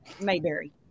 Mayberry